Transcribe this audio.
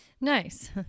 Nice